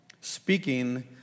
speaking